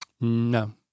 No